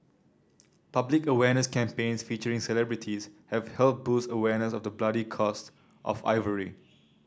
public awareness campaigns featuring celebrities have helped boost awareness of the bloody cost of ivory